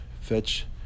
fetch